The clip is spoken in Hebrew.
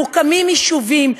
מוקמים יישובים,